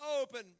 open